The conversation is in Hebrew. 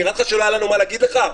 נראה לך שלא היה לנו מה להגיד לך?